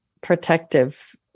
protective